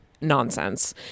nonsense